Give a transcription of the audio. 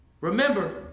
Remember